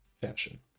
fashion